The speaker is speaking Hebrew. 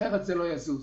אחרת זה לא יזוז.